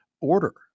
order